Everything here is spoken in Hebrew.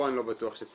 פה אני לא בטוח שצריך,